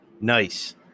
Nice